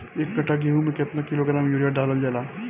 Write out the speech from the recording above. एक कट्टा गोहूँ में केतना किलोग्राम यूरिया डालल जाला?